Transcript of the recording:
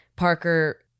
Parker